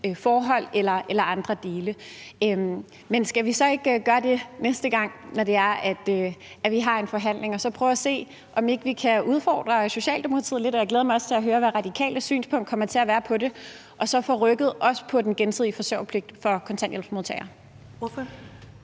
forhold eller andet. Men skal vi så ikke gøre det næste gang, når vi har en forhandling, og så prøve at se, om vi ikke kan udfordre Socialdemokratiet lidt – jeg glæder mig også til at høre, hvad Radikales synspunkt kommer til at være på det – og så også få rykket på den gensidige forsørgerpligt for kontanthjælpsmodtagere?